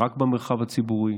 רק במרחב הציבורי,